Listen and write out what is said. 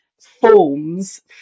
forms